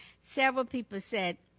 several people said,